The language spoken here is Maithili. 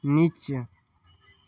निचाँ